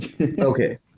Okay